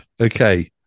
Okay